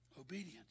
Obedience